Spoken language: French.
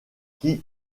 qui